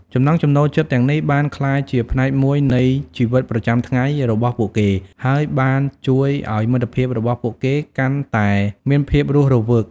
ចំណង់ចំណូលចិត្តទាំងនេះបានក្លាយជាផ្នែកមួយនៃជីវិតប្រចាំថ្ងៃរបស់ពួកគេហើយបានជួយឲ្យមិត្តភាពរបស់ពួកគេកាន់តែមានភាពរស់រវើក។